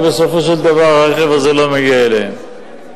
ובסופו של דבר הכלי הזה לא מגיע אליהם.